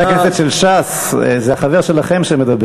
בשכונה, חברי הכנסת של ש"ס, זה החבר שלכם שמדבר.